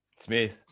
Smith